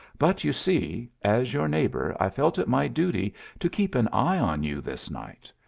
but you see, as your neighbor, i felt it my duty to keep an eye on you this night.